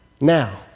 Now